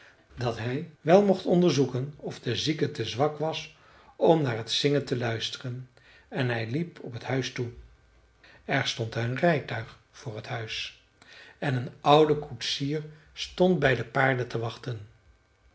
dat hij wel mocht onderzoeken of de zieke te zwak was om naar t zingen te luisteren en hij liep op het huis toe er stond een rijtuig voor t huis en een oude koetsier stond bij de paarden te wachten